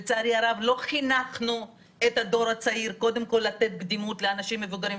לצערי הרב לא חינכנו את הדור הצעיר קודם כל לתת קדימות לאנשים מבוגרים.